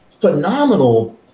phenomenal